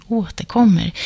återkommer